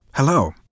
Hello